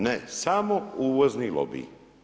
Ne, samo uvozni lobiji.